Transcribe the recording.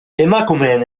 emakumeen